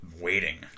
waiting